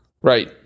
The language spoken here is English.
Right